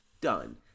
done